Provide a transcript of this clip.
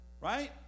Right